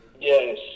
Yes